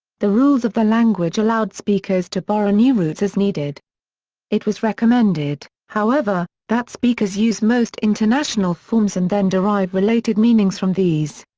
the rules of the language allowed speakers to borrow new roots as needed it was recommended, however, that speakers use most international forms and then derive related meanings from these.